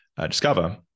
discover